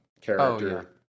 character